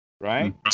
right